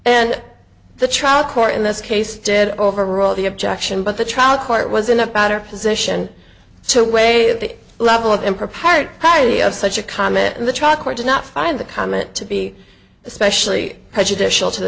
and the trial court in this case did overrule the objection but the trial court was in a better position to weigh the level of impropriety highly of such a comment in the trial court did not find the comment to be especially prejudicial to the